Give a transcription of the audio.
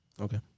Okay